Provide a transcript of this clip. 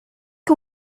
que